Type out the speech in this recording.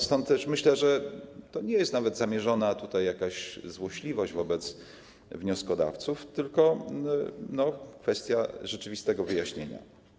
Stąd też myślę, że to nie jest nawet zamierzona złośliwość wobec wnioskodawców, tylko kwestia rzeczywistego wyjaśnienia.